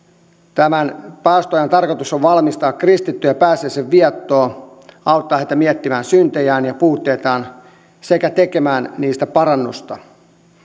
tämän paastoajan tarkoitus on valmistaa kristittyjä pääsiäisen viettoon auttaa heitä miettimään syntejään ja puutteitaan sekä tekemään niistä parannusta